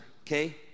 okay